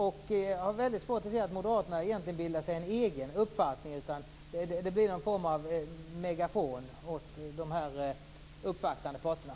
Jag har väldigt svårt att se att Moderaterna egentligen bildar sig en egen uppfattning, utan de blir en form av megafon åt de här uppvaktande parterna.